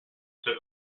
took